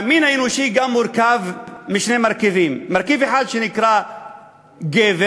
גם המין האנושי מורכב משני מרכיבים: מרכיב אחד שנקרא גבר,